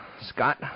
Scott